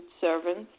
servants